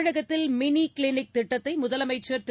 தமிழகத்தில் mini clinic திட்டத்தை முதலமைச்சர் திரு